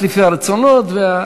לפי הרצונות.